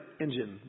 engine